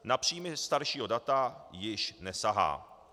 Na příjmy staršího data již nesahá.